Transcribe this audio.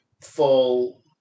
fall